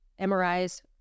MRIs